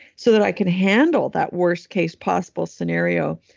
so that i can handle that worst case possible scenario.